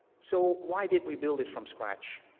so why did we build it from scratch?